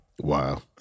Wow